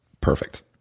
perfect